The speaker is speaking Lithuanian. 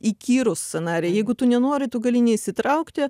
įkyrūs scenarijai jeigu tu nenori tu gali neįsitraukti